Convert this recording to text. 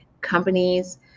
companies